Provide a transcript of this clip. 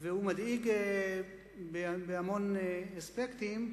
והוא מדאיג בהמון אספקטים,